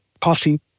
coffee